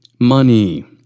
Money